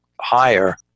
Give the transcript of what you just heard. higher